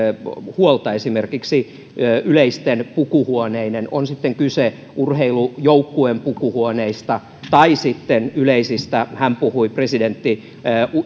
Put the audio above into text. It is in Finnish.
huolta esimerkiksi yleisistä pukuhuoneista on sitten kyse urheilujoukkueen pukuhuoneista tai sitten yleisistä uimahalleista joista presidentti